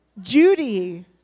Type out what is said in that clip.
Judy